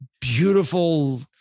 beautiful